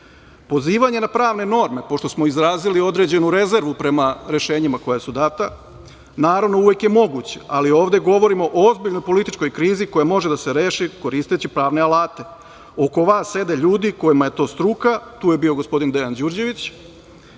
„Pozivanje na pravne norme“, pošto smo izrazili određenu rezervu prema rešenjima koja su data, „naravno, uvek je moguće, ali ovde govorimo o ozbiljnoj političkoj krizi koja može da se reši koristeći pravne alate. Oko vas sede ljudi kojima je to struka“, tu je bio gospodin Dejan Đurđević,